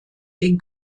den